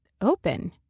open